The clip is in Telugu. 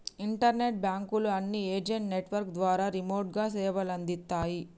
ఇంటర్నెట్ బాంకుల అన్ని ఏజెంట్ నెట్వర్క్ ద్వారా రిమోట్ గా సేవలందిత్తాయి